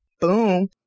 Boom